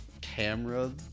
camera